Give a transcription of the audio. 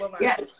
Yes